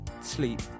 sleep